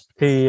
Thì